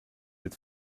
êtes